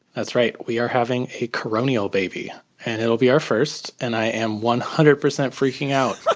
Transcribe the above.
that's right, we are having a coronial baby and it'll be our first and i am one hundred percent freaking out.